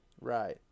Right